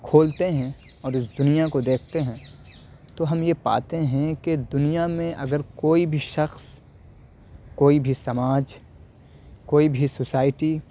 کھولتے ہیں اور اس دنیا کو دیکھتے ہیں تو ہم یہ پاتے ہیں کہ دنیا میں اگر کوئی بھی شخص کوئی بھی سماج کوئی بھی سوسائٹی